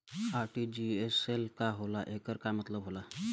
RTGS का होला एकर का मतलब होला?